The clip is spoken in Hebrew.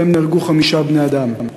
ובהן נהרגו חמישה בני-אדם: